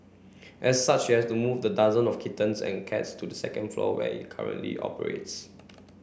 as such she had to move the dozen of kittens and cats to the second floor where it currently operates